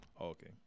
Okay